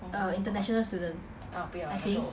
err international students I think